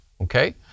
okay